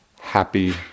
happy